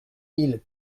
mille